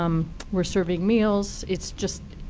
um we're serving meals. it's just